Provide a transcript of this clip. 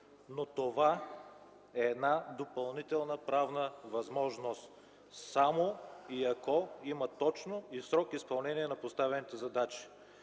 Но това е допълнителна правна възможност, само и ако има точно и в срок изпълнение на поставените задачи.